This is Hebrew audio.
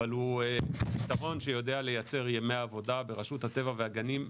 אבל הוא פתרון שיודע לייצר ימי עבודה ברשות הטבע והגנים.